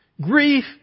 Grief